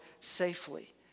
safely